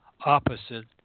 opposite